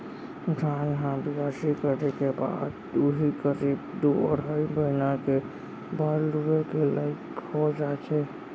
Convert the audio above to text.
धान ह बियासी करे के बाद उही करीब दू अढ़ाई महिना के बाद लुए के लाइक हो जाथे